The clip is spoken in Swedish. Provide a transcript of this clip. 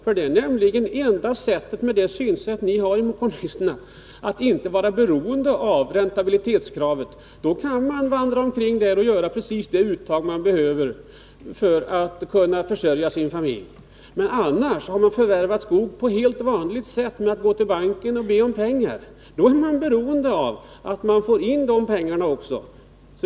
Med det synsätt kommunisterna har är det nämligen det enda sättet att inte vara beroende av räntabilitetskravet. Då kan man vandra omkring och göra precis det uttag som man behöver för att kunna försörja sin familj. Men annars — om man förvärvar skog på helt vanligt sätt genom att gå till bank och be om pengar — är man beroende av att också få in de pengarna.